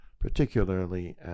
particularly